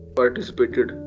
participated